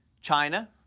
China